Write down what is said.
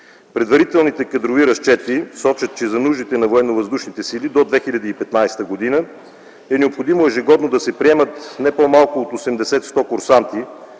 Предварителните кадрови разчети сочат, че за нуждите на Военновъздушните сили до 2015 г. е необходимо ежегодно да се приемат не по-малко от 80-100 курсанти,